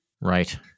Right